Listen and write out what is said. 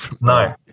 No